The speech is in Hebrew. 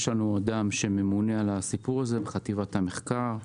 יש לנו אדם שממונה על זה בחטיבת המחקר.